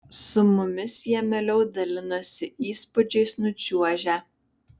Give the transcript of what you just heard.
su mumis jie mieliau dalinosi įspūdžiais nučiuožę